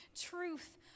truth